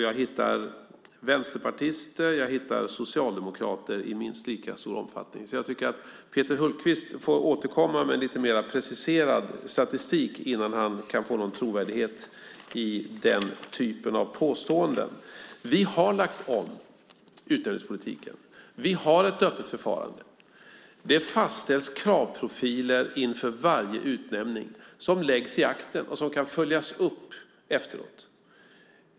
Jag hittar vänsterpartister och socialdemokrater i minst lika stor omfattning. Jag tycker att Peter Hultqvist får återkomma med en lite mer preciserad statistik innan han kan få någon trovärdighet i den typen av påståenden. Vi har lagt om utnämningspolitiken. Vi har ett öppet förfarande. Det fastställs kravprofiler inför varje utnämning som läggs i akten och som kan följas upp efteråt.